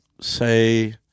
Say